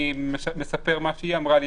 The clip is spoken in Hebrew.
אני מספר מה שהיא אמרה לי.